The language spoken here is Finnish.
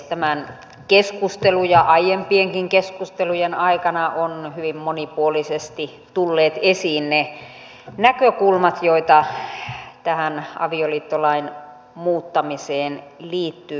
tämän keskustelun ja aiempienkin keskustelujen aikana ovat hyvin monipuolisesti tulleet esiin ne näkökulmat joita tähän avioliittolain muuttamiseen liittyy